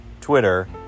Twitter